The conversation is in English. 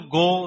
go